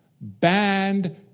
Banned